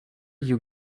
you